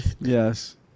Yes